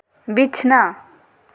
ᱵᱤᱪᱷᱱᱟ